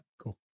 Cool